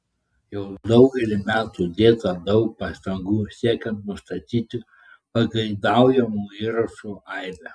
jau daugelį metų dėta daug pastangų siekiant nustatyti pageidaujamų įrašų aibę